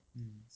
mm